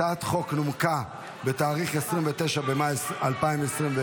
הצעת החוק נומקה ב-29 במאי 2024,